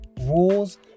rules